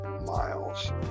Miles